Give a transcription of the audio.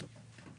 תודה.